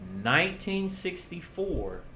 1964